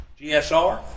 GSR